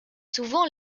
souvent